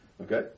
Okay